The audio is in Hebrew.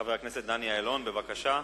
חבר הכנסת דני אילון, בבקשה,